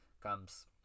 comes